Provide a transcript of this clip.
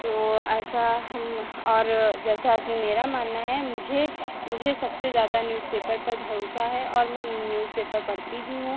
तो ऐसा हम और जैसा कि मेरा मानना है मुझे मुझे सबसे ज़्यादा न्यूज़पेपर पर भरोसा है और मैं न्यूजपेपर पढ़ती भी हूँ